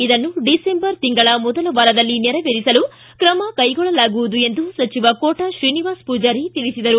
ಇದನ್ನು ಡಿಸೆಂಬರ್ ತಿಂಗಳ ಮೊದಲ ವಾರದಲ್ಲಿ ನೆರವೇರಿಸಲು ಕ್ರಮ ಕೈಗೊಳ್ಳಲಾಗುವುದು ಎಂದು ಸಚಿವ ಕೋಟಾ ಶ್ರೀನಿವಾಸ ಪೂಜಾರಿ ತಿಳಿಸಿದರು